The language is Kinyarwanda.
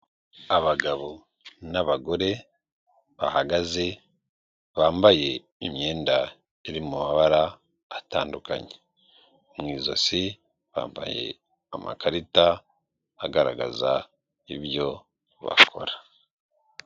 Abagabo n'abagore bahagaze bambaye imyenda iri mu mabara atandukanye, mu ijosi bambaye amakarita agaragaza ibyo bakora.